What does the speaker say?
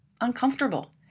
uncomfortable